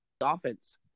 offense